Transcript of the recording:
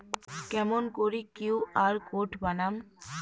কেমন করি QR code বানাম?